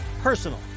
personal